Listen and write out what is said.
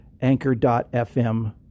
anchor.fm